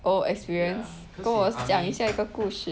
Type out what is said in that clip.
oh experience 跟我讲一下一个故事